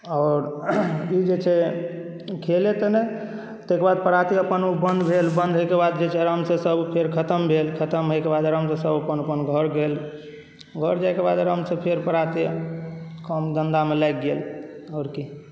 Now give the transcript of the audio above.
आओर ई जे छै खेले तऽ नहि ताहिके बाद पराते अपन ओ बन्द भेल बन्द होइके बाद जे छै आरामसँ सब फेर खतम भेल खतम होइके बाद आरामसँ सब अपन अपन घर गेल घर जाइके बाद आरामसँ फेर पराते काम धन्धामे लागि गेल आओर कि